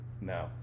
no